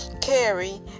carry